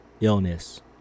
illness